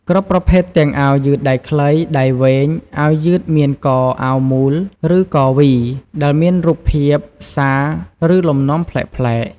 គ្រប់ប្រភេទទាំងអាវយឺតដៃខ្លី ដៃវែង អាវយឺតមានកអាវមូល ឬកវី ដែលមានរូបភាព សារ ឬលំនាំប្លែកៗ។